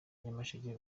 nyamasheke